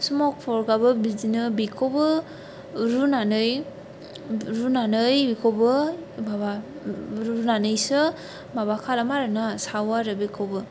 smoke पर्कआबो बेखौबो बिदिनो रुनानै बेखौबो माबा रुनानैसो माबा खालाम आरो ना साव आरो बेखौबो